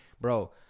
bro